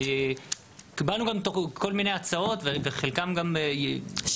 קיבלנו גם כל מיני הצעות וחלקם גם -- אני